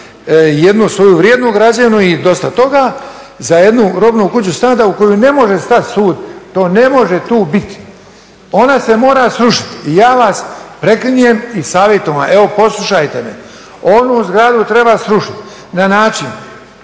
jednu svoju vrijednu građevinu i dosta toga da jednu Robnu kuću Standa u koju ne može stat sud, to ne može tu biti. Ona se mora srušiti. Ja vas preklinjem i savjetujem evo poslušajte me, onu zgradu treba srušiti na način